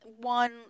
one